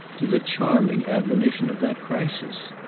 to the charming admonition of that crisis.